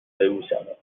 ببوسمت